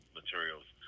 materials